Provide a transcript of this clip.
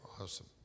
Awesome